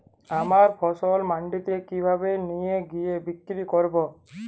আমার ফসল মান্ডিতে কিভাবে নিয়ে গিয়ে বিক্রি করব?